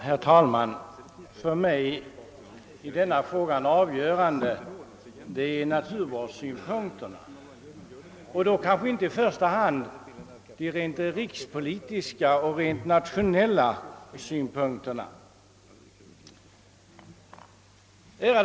Herr talman! För mig är naturvårdssynpunkterna de avgörande i denna fråga men kanske inte i första hand de rent nationella synpunkterna.